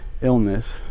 illness